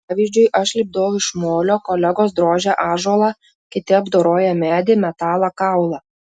pavyzdžiui aš lipdau iš molio kolegos drožia ąžuolą kiti apdoroja medį metalą kaulą